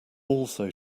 also